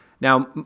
Now